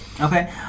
Okay